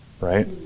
right